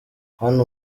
hano